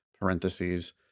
Parentheses